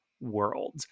world